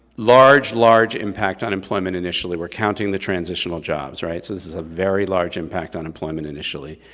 large, large impact on employment initially, we're counting the transitional jobs, right. so this is a very large impact on employment initially.